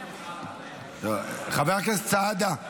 חבר הכנסת סעדה,